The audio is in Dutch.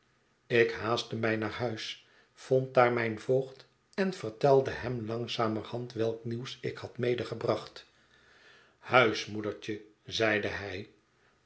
ik haastte mij naar huis vond daar mijn voogd en vertelde hem langzamerhand welk nieuws ik had medegebracht huismoedertje zeide hij